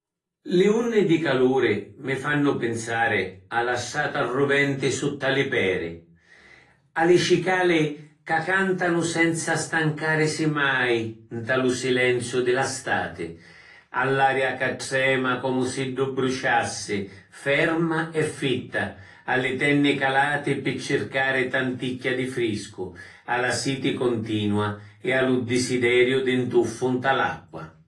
Li unni di caluri mi fannu pinsari a la strata ruventi sutta li pedi, a li cicali ca cantanu senza stancarisi mai nta lu silenziu di la stati, all’aria ca trema comu siddu bruciassi, ferma e fitta, a li tenni calati pi circari tanticchia di friscu, a la siti cuntinua e a lu disidderiu di ‘n tuffu nta l’acqua.